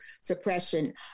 suppression